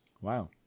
Wow